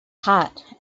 hot